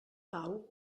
pau